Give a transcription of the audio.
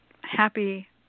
happy